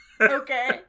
Okay